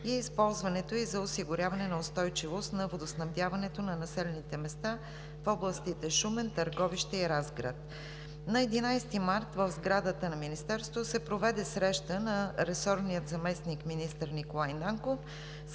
и използването ѝ за осигуряването на устойчивост на водоснабдяването на населените места в областите Шумен, Търговище и Разград. На 11 март в сградата на Министерството се проведе среща на ресорния заместник-министър Николай Нанков